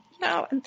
no